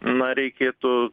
na reikėtų